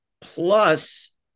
plus